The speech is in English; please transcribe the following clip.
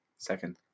Second